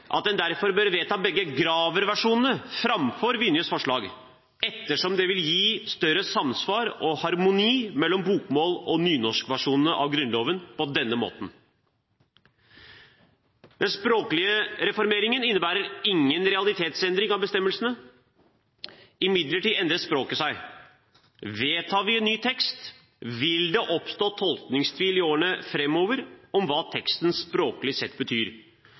at en derfor bør vedta begge Graver-versjonene framfor Vinjes forslag, ettersom det på denne måten vil gi større samsvar og harmoni mellom bokmåls- og nynorskversjonen av Grunnloven. Den språklige reformeringen innebærer ingen realitetsendring av bestemmelsene. Imidlertid endrer språket seg. Vedtar vi en ny tekst, vil det oppstå tolkningstvil i årene framover om hva teksten språklig sett betyr.